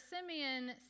Simeon